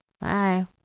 Bye